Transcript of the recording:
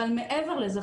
אבל מעבר לזה,